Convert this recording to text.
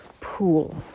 pool